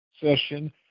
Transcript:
session